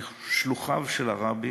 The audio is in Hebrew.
שלוחיו של הרבי